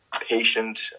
patient